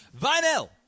vinyl